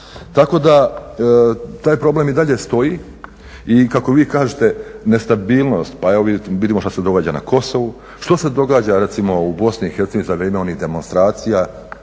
Tako da, taj problem i dalje stoji i kako vi kažete nestabilnost, pa evo vidite, vidimo što se događa na Kosovu, što se događa recimo u Bosni i Hercegovini za vrijeme onih demonstracija,